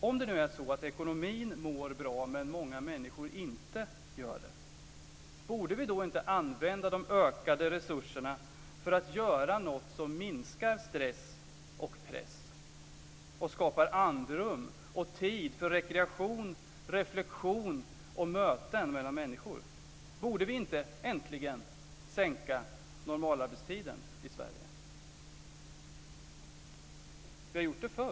Om det nu är så att ekonomin mår bra men många människor inte gör det, borde vi då inte använda de ökade resurserna för att göra något som minskar stress och press och skapar andrum och tid för rekreation, reflexion och möten mellan människor? Borde vi inte äntligen sänka normalarbetstiden i Sverige? Vi har gjort det förr.